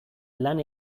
lan